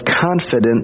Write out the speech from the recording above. confident